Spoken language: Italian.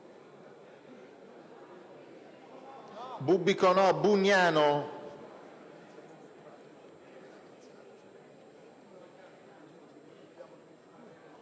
Bubbico, Bugnano